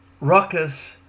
ruckus